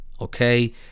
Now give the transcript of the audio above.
Okay